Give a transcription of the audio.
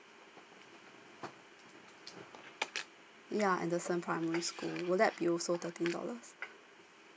yeah anderson primary school would that be also thirteen dollars